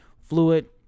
fluid